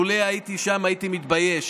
לולא הייתי שם הייתי מתבייש.